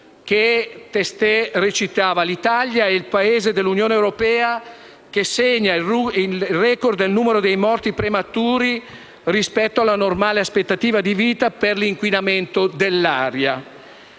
infatti, «l'Italia è il Paese dell'Unione europea che segna il *record* del numero di morti prematuri rispetto alla normale aspettativa di vita per l'inquinamento dell'aria».